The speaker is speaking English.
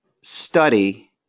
study